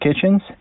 Kitchens